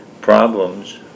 problems